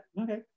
okay